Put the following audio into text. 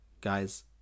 Guys